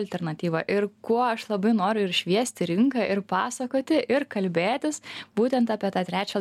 alternatyva ir kuo aš labai noriu ir šviesti rinką ir pasakoti ir kalbėtis būtent apie tą trečią